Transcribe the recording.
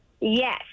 Yes